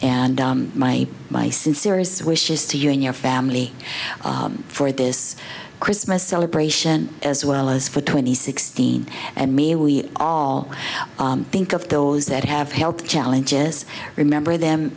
and my my sincerest wishes to you and your family for this christmas celebration as well as for twenty sixteen and me we all think of those that have health challenges remember them